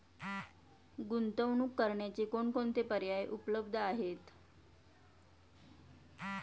गुंतवणूक करण्याचे कोणकोणते पर्याय उपलब्ध आहेत?